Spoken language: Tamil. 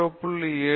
7 ஆக 0